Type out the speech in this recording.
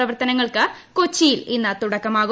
പ്രവർത്തനങ്ങൾക്ക് കൊച്ചിയിൽ ഇന്ന് തുടക്കമാവും